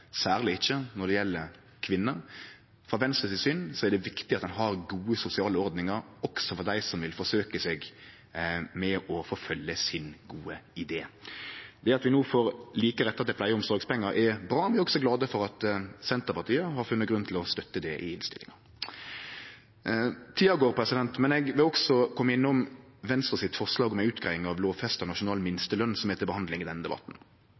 særleg ikkje når det gjeld kvinner. Etter Venstre sitt syn er det viktig at ein har gode sosiale ordningar også for dei som vil prøve å forfølgje ein god idé. Det at vi no får like rettar til pleie- og omsorgspengar, er bra. Vi er også glade for at Senterpartiet har funne grunn til å støtte det i innstillinga. Tida går, men eg vil også kome innom Venstre sitt forslag om ei utgreiing av lovfesta nasjonal minsteløn, som er til behandling i denne debatten.